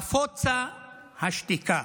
נפוצה / השתיקה.